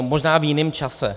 Možná v jiném čase.